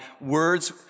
words